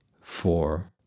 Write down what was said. four